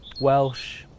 Welsh